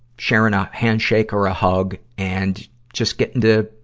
sharing ah a handshake or a hug, and just getting the,